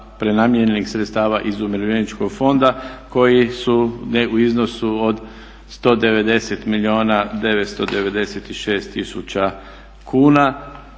prenamijenjenih sredstava iz Umirovljeničkog fonda koji su u iznosu od 190 milijuna